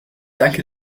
danke